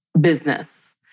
business